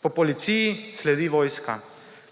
Po policiji sledi vojska.